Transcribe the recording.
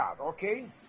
Okay